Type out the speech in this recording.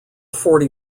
forty